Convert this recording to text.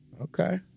Okay